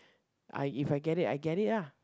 I if I get it I get it lah